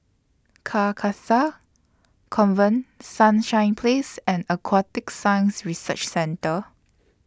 Carcasa Convent Sunshine Place and Aquatic Science Research Centre